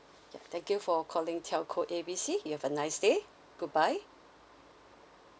ya thank you for calling telco A B C you have a nice day goodbye